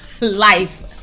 life